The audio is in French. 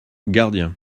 gardien